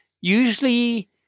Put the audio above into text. usually